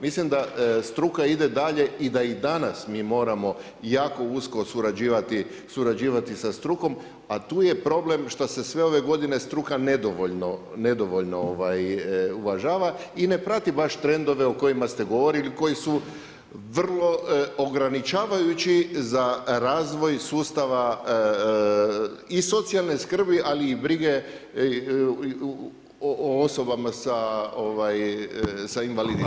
Mislim da struka ide dalje i da i danas mi moramo jako usko surađivati sa strukom, a tu je problem što se sve ove godine struka nedovoljno uvažava i ne prati baš trendove o kojima ste govorili koji su vrlo ograničavajući za razvoj sustava i socijalne skrbi, ali i brige o osobama sa invaliditetom.